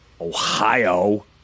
Ohio